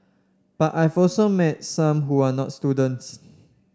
but I've also met some who are not students